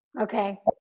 Okay